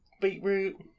beetroot